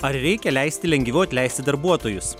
ar reikia leisti lengviau atleisti darbuotojus